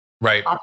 Right